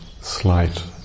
slight